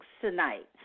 tonight